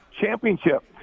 championship